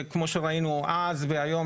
כמו שראינו אז והיום,